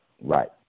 Right